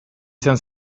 izan